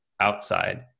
outside